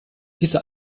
diese